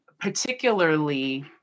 particularly